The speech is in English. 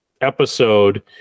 episode